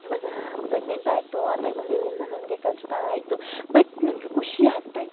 ಇವಾಗ ಪ್ರೆಗ್ನೆಂಟ್ ಆಯಿತು ಆ ಟೈಮಲೆಲ್ಲೆಲ್ಲ ನನಗೆ ಕಷ್ಟ ಆಯಿತು ಬಟ್ ನನಗೂ ಖುಷಿ ಆಗ್ತಾಯಿತ್ತು